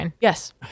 Yes